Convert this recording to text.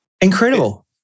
Incredible